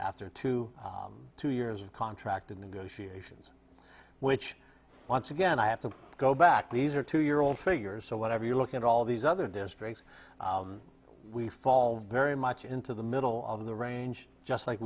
after two two years of contract negotiations which once again i have to go back these are two year old figures so whatever you look at all these other districts we fall very much into the middle of the range just like